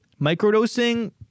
Microdosing